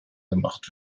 gemacht